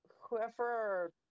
Whoever